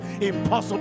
impossible